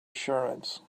assurance